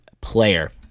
player